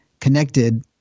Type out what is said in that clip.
connected